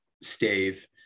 stave